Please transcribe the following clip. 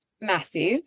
massive